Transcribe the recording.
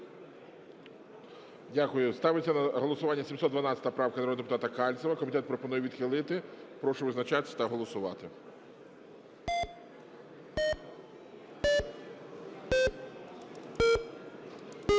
Дякую. Ставиться на голосування 711 правка народного депутата Кальцева. Комітет пропонує відхилити. Прошу визначатись та голосувати. 11:31:31